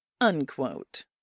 unquote